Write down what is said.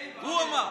הוא אמר.